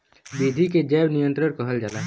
विधि के जैव नियंत्रण कहल जाला